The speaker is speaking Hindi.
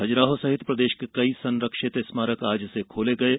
खजुराहो सहित प्रदेश के कई संरक्षित स्मारक आज से खोले गये